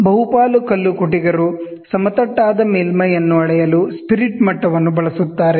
ಬಹುಪಾಲು ಕಲ್ಲುಕುಟಿಗರು ಸಮತಟ್ಟಾದ ಮೇಲ್ಮೈ ಅನ್ನು ಅಳೆಯಲು ಸ್ಪಿರಿಟ್ ಮಟ್ಟವನ್ನು ಬಳಸುತ್ತಾರೆ